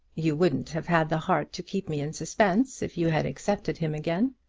you wouldn't have had the heart to keep me in suspense if you had accepted him again.